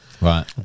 Right